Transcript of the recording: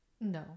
no